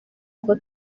uko